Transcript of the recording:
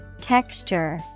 Texture